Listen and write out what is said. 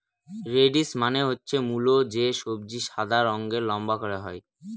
radish মানে হচ্ছে মূল যে সবজি সাদা রঙের লম্বা করে হয়